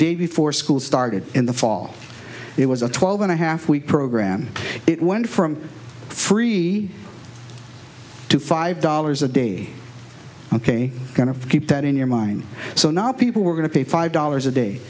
day before school started in the fall it was a twelve and a half week program it went from three to five dollars a day ok kind of keep that in your mind so not people were going to pay five dollars a day